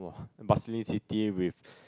bustling city with